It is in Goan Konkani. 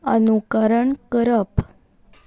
अनुकरण करप